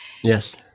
yes